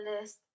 list